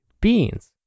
beans